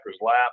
lap